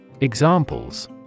Examples